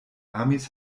amis